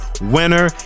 winner